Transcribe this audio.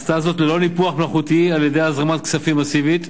היא עשתה זאת ללא ניפוח מלאכותי על-ידי הזרמת כספים מסיבית,